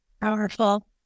Powerful